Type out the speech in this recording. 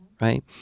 right